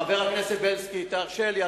חבר הכנסת בילסקי, תרשה לי.